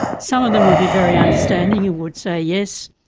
some of them would be very understanding and would say yes,